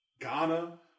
Ghana